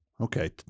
Okay